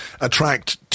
attract